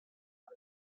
lot